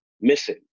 missing